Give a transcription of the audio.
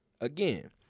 Again